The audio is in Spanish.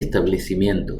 establecimiento